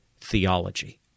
theology